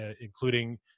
including